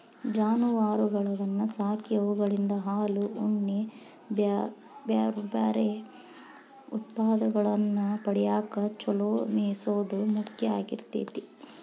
ಜಾನುವಾರಗಳನ್ನ ಸಾಕಿ ಅವುಗಳಿಂದ ಹಾಲು, ಉಣ್ಣೆ ಮತ್ತ್ ಬ್ಯಾರ್ಬ್ಯಾರೇ ಉತ್ಪನ್ನಗಳನ್ನ ಪಡ್ಯಾಕ ಚೊಲೋ ಮೇಯಿಸೋದು ಮುಖ್ಯ ಆಗಿರ್ತೇತಿ